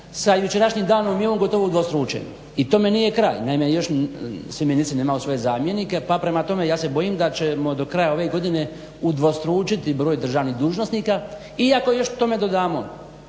sa jučerašnjim danom je on gotovo udvostručen. I tome nije kraj. Naime, još svi ministri nemaju svoje zamjenike pa prema tome ja se bojim da ćemo do kraja ove godine udvostručiti broj državnih dužnosnika. I ako još k tome dodamo